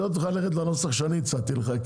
יותר טוב לך ללכת לנוסח שאני הצעתי לך,